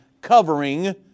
covering